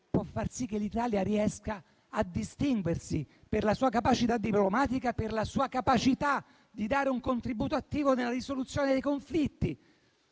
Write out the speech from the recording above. quale l'Italia riesca a distinguersi per la sua capacità diplomatica e di dare un contributo attivo nella risoluzione dei conflitti.